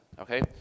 Okay